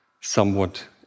somewhat